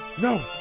No